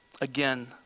Again